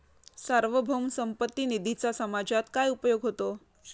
सार्वभौम संपत्ती निधीचा समाजात काय उपयोग होतो?